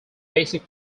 basic